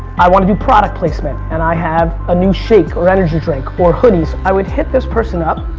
i wanna do product placement and i have a new shake, or energy drink, or hoodies. i would hit this person up,